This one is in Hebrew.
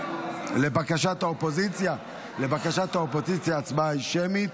לבקשת האופוזיציה ההצבעה היא שמית.